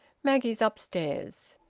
maggie's upstairs.